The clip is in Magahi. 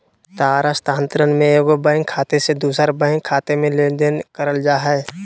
तार स्थानांतरण में एगो बैंक खाते से दूसर बैंक खाते में लेनदेन करल जा हइ